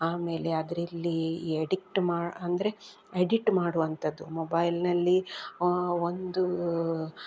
ಆಮೇಲೆ ಅದರಲ್ಲಿ ಎಡಿಕ್ಟ್ ಮಾ ಅಂದರೆ ಎಡಿಟ್ ಮಾಡುವಂಥದ್ದು ಮೊಬೈಲ್ನಲ್ಲಿ ಒಂದು